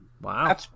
Wow